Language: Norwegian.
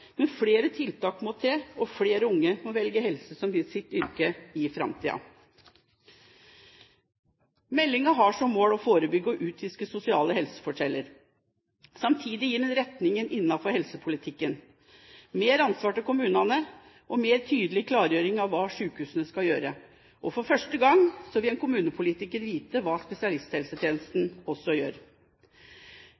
men flere tiltak må til, og flere unge må velge helse som sitt yrke i framtiden. Meldingen har som mål å forebygge og utviske sosiale helseforskjeller. Samtidig gir den retningen innenfor helsepolitikken: mer ansvar til kommunene og mer tydelig klargjøring av hva sykehusene skal gjøre. For første gang vil en kommunepolitiker vite hva spesialisthelsetjenesten